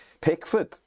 Pickford